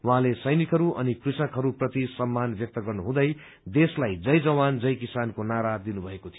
उहाँले सैनिकहरू अनि कृषकहस्प्रति सम्मान व्यक्त गर्नुहँदै देशलाई जय जवान जय किसानको नारा दिनुभएको थियो